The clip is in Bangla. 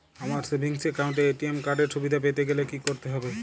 আমার সেভিংস একাউন্ট এ এ.টি.এম কার্ড এর সুবিধা পেতে গেলে কি করতে হবে?